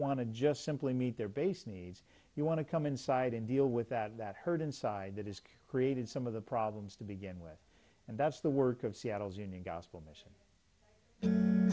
want to just simply meet their basic needs you want to come inside and deal with that that herd inside that is created some of the problems to begin with and that's the work of seattle's union gospel mission